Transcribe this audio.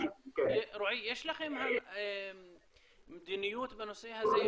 רועי, יש לכם מדיניות בנושא הזה?